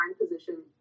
position